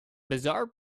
bizarre